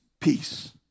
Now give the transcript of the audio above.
peace